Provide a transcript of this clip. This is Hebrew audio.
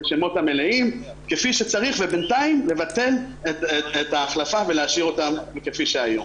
בשמות המלאים כפי שצריך ובינתיים לבטל את ההחלפה ולהשאיר אותם כפי שהיו.